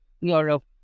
Europe